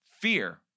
fear